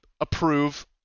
approve